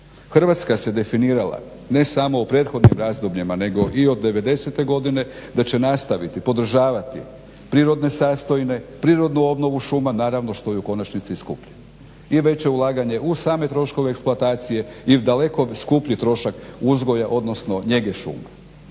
Hrvatska se definirala ne samo u prethodnim razdobljima nego i od '90. godine da će nastaviti podržavati prirodne sastojne, prirodnu obnovu šumu, naravno što je u konačnici i skuplje, i veće ulaganje u same troškove eksploatacije i daleko skuplji trošak uzgoja odnosno njege šuma.